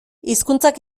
hizkuntzak